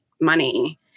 money